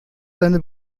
seine